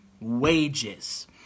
wages